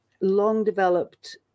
long-developed